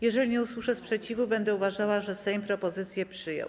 Jeżeli nie usłyszę sprzeciwu, będę uważała, że Sejm propozycję przyjął.